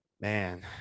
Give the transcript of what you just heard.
Man